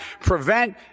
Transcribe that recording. prevent